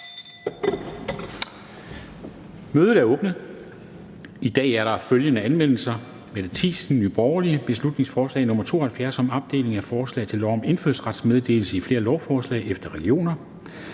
Mødet er åbnet. I dag er der følgende anmeldelser: Mette Thiesen (NB) m.fl.: Beslutningsforslag nr. B 72 (Forslag til folketingsbeslutning om opdeling af forslag til lov om indfødsrets meddelelse i flere lovforslag efter regioner).